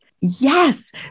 Yes